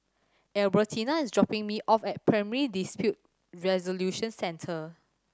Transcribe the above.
Albertina is dropping me off at Primary Dispute Resolution Centre